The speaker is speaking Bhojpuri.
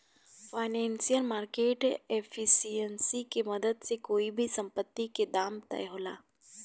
फाइनेंशियल मार्केट एफिशिएंसी के मदद से कोई भी संपत्ति के दाम तय होला